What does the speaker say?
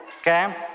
Okay